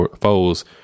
foes